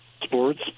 sports